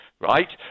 Right